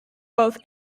both